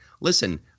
Listen